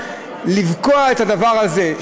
לבקוע את הדבר הזה,